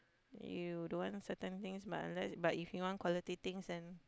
you don't want certain things but unless but if you want quality things then